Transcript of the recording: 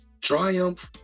triumph